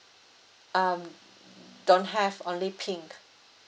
um don't have only pink